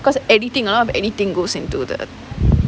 because editing a lot of editing goes into the